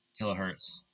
kilohertz